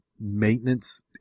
maintenance